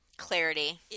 clarity